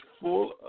full